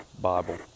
Bible